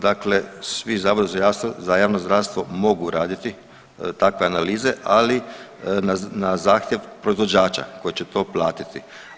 Dakle, svi zavodi za javno zdravstvo mogu raditi takve analize ali na zahtjev proizvođača koji će to platiti.